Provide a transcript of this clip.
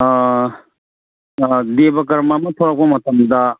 ꯗꯦꯚ ꯀꯔꯃ ꯑꯃ ꯊꯣꯂꯛꯄ ꯃꯇꯝꯗ